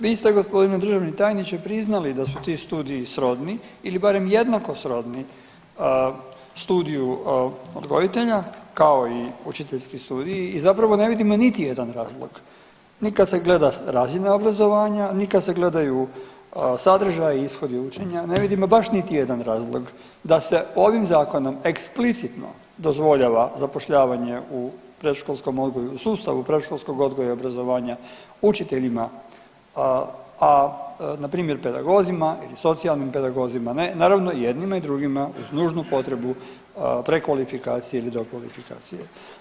Vi ste gospodine državni tajniče priznali da su ti studiji srodni ili barem jednako srodni studiju odgojitelja kao i učiteljski studiji i zapravo ne vidimo niti jedan razlog, ni kad se gleda razina obrazovanja, ni kad se gledaju sadržaji i ishodi učenja ne vidimo baš niti jedan razlog da se ovim zakonom eksplicitno dozvoljava zapošljavanje u predškolskom odgoju, u sustavu predškolskog odgoja i obrazovanja učiteljima, a npr. pedagozima ili socijalnim pedagozima ne, naravno jednima i drugima uz nužnu potrebu prekvalifikacije i dokvalifikacije.